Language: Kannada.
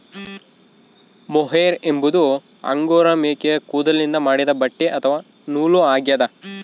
ಮೊಹೇರ್ ಎಂಬುದು ಅಂಗೋರಾ ಮೇಕೆಯ ಕೂದಲಿನಿಂದ ಮಾಡಿದ ಬಟ್ಟೆ ಅಥವಾ ನೂಲು ಆಗ್ಯದ